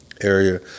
area